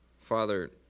Father